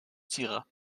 dira